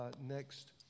next